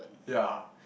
ya